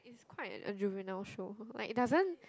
quite a juvenile show like it doesn't